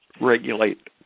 regulate